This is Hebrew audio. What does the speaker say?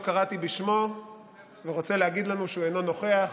קראתי בשמו ורוצה להגיד לנו שהוא אינו נוכח,